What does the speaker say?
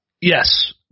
yes